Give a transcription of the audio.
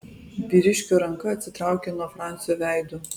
vyriškio ranka atsitraukė nuo francio veido